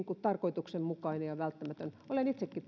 tarkoituksenmukaista ja välttämätöntä olen itsekin